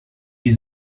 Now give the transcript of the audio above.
die